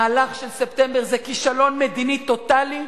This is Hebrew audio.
המהלך של ספטמבר זה כישלון מדיני טוטלי,